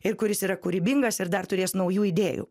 ir kuris yra kūrybingas ir dar turės naujų idėjų